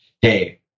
hey